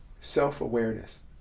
self-awareness